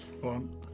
One